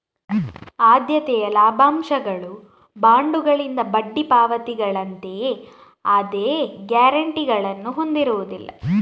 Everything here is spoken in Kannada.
ಆದ್ಯತೆಯ ಲಾಭಾಂಶಗಳು ಬಾಂಡುಗಳಿಂದ ಬಡ್ಡಿ ಪಾವತಿಗಳಂತೆಯೇ ಅದೇ ಗ್ಯಾರಂಟಿಗಳನ್ನು ಹೊಂದಿರುವುದಿಲ್ಲ